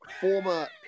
former